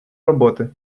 роботи